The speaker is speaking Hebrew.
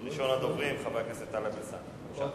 ראשון הדוברים, חבר הכנסת טלב אלסאנע.